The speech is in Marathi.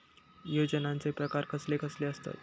योजनांचे प्रकार कसले कसले असतत?